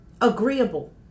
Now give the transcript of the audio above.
agreeable